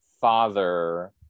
father